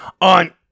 on